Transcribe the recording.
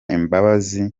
imbabazi